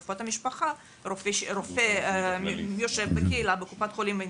ברפואת המשפחה רופא יושב בקהילה בקופת חולים ומתמחה.